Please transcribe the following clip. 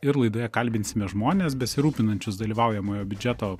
ir laidoje kalbinsime žmones besirūpinančius dalyvaujamojo biudžeto